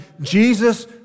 Jesus